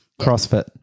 CrossFit